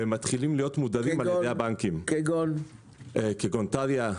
כגון טריא,